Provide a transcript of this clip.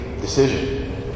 decision